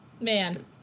Man